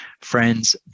friends